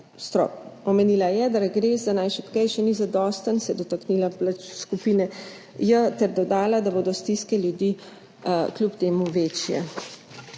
Omenila je, da regres za najšibkejše ni zadosten, se dotaknila skupine J ter dodala, da bodo stiske ljudi kljub temu večje.